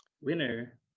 Winner